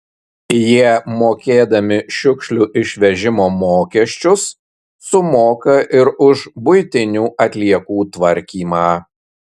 jie mokėdami šiukšlių išvežimo mokesčius sumoka ir už buitinių atliekų tvarkymą